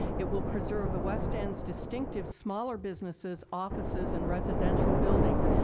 it will preserve the west end's distinctive smaller businesses, offices and residential buildings,